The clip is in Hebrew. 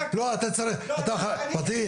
פטין,